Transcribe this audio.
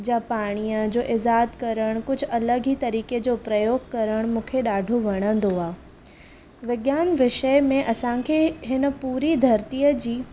जा पाणीअ जो ईज़ाद करणु कुझु अलॻि ई तरीक़े जो प्रयोग करणु मूंखे ॾाढो वणंदो आहे विज्ञान विषय में असांखे हिन पूरी धरतीअ जी